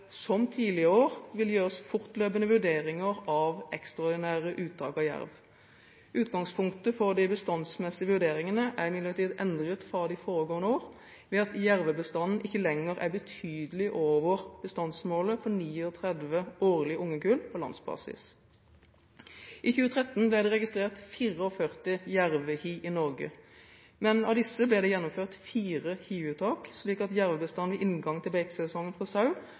som tidligere år vil gjøres fortløpende vurderinger av ekstraordinære uttak av jerv. Utgangspunktet for de bestandsmessige vurderingene er imidlertid endret fra de foregående år ved at jervebestanden ikke lenger er betydelig over bestandsmålet på 39 årlige ungekull på landsbasis. I 2013 ble det registrert 44 jervehi i Norge, men av disse ble det gjennomført fire hiuttak, slik at jervebestanden ved inngangen til beitesesongen for sau